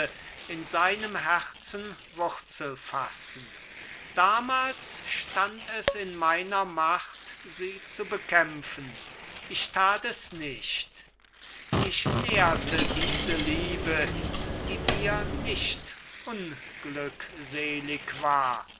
in seinem herzen wurzel fassen damals stand es in meiner macht sie zu bekämpfen ich tat es nicht ich nährte diese liebe die mir nicht unglückselig war